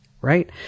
right